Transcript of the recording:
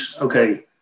Okay